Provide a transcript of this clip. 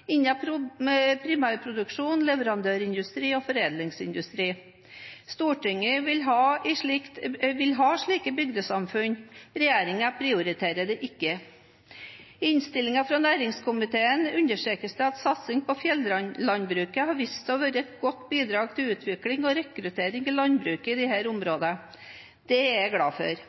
arbeidsplasser innen primærproduksjon, leverandørindustri og foredlingsindustri. Stortinget vil ha slike bygdesamfunn. Regjeringen prioriterer det ikke. I innstillingen fra næringskomiteen understrekes det at satsing på fjellandbruket har vist seg å være et godt bidrag til utvikling av og rekruttering til landbruket i disse områdene. Det er jeg glad for.